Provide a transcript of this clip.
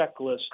checklist